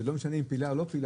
ולא משנה אם פעילה או לא פעילה,